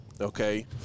okay